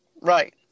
Right